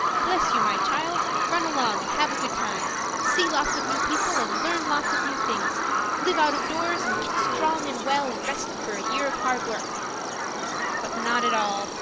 bless you my child, run along and have a good time see lots of new people and learn lots of new things live out of doors, and get strong and well and rested for a year of hard work but not at all!